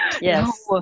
yes